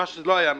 מה שלא היה נכון.